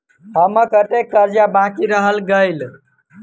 हम्मर कत्तेक कर्जा बाकी रहल गेलइ?